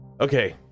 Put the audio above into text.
okay